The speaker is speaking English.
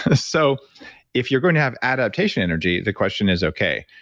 ah so if you're going to have adaptation energy, the question is, okay,